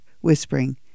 whispering